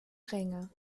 ränge